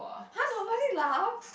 !huh! nobody laugh